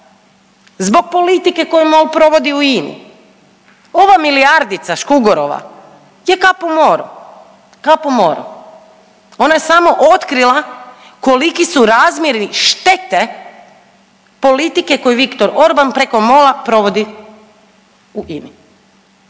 zbog politike koju MOL provodi u INA-i. Ova milijardica Škugorova je kap u moru, kap u moru. Ona je samo otkrila koliki su razmjeri štete politike koju Viktor Orban preko MOL-a provodi u INA-i.